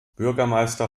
bürgermeister